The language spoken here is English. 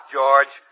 George